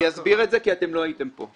אני אסביר את זה כי אתם לא הייתם פה.